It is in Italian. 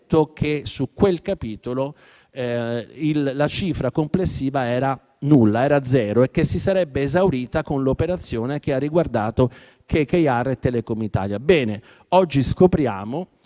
che su quel capitolo la cifra complessiva era zero e che si sarebbe esaurita con l'operazione che ha riguardato KKR e Telecom Italia. [**Presidenza